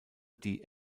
die